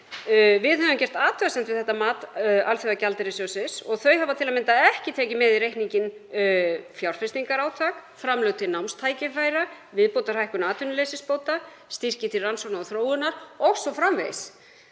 við höfum gert athugasemd við þetta mat Alþjóðagjaldeyrissjóðsins og þau hafa til að mynda ekki tekið með í reikninginn fjárfestingarátak, framlög til námstækifæra, viðbótarhækkun atvinnuleysisbóta, styrki til rannsókna og þróunar o.s.frv.,